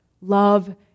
love